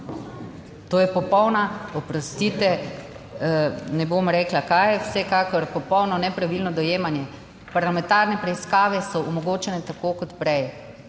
To je popolna, oprostite, ne bom rekla kaj, je vsekakor popolno nepravilno dojemanje. Parlamentarne preiskave so omogočene tako, kot prej,